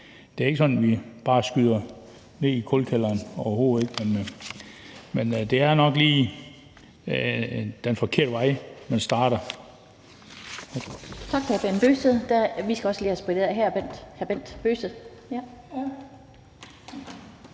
Det er ikke sådan, at vi bare kaster det ned i kulkælderen, overhovedet ikke, men det er nok den forkerte vej at starte